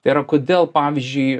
tai yra kodėl pavyzdžiui